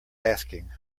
asking